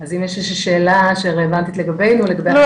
אז אם יש איזושהי שאלה שרלוונטית לגבינו -- לא,